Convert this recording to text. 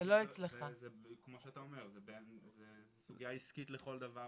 בדיוק כמו שאתה אומר זו סוגיה עסקית לכל דבר